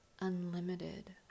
unlimited